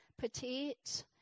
Petite